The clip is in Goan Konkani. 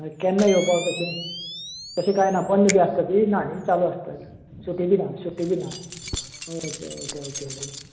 मागीर केन्ना येवपा वचपाचे तशें कांय ना बंद बी आसता ती ना न्ही चालू आसतात सुटी दिना सुटी दिना ओके ओके